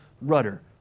rudder